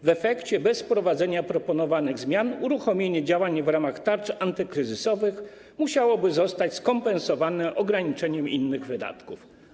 W efekcie bez wprowadzenia proponowanych zmian uruchomienie działań w ramach tarcz antykryzysowych musiałoby zostać skompensowane ograniczeniem innych wydatków.